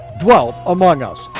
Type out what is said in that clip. dwelt among us.